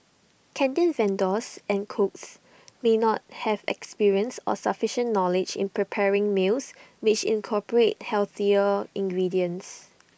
canteen vendors and cooks may not have experience or sufficient knowledge in preparing meals which incorporate healthier ingredients